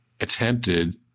attempted